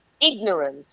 ignorant